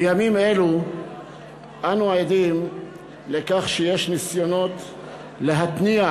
בימים אלו אנו עדים לכך שיש ניסיונות להתניע